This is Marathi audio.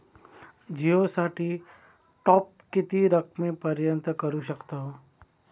जिओ साठी टॉप किती रकमेपर्यंत करू शकतव?